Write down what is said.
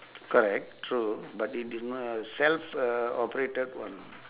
correct true but it is n~ self uh operated [one]